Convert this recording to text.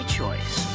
choice